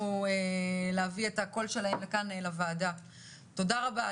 תודה רבה,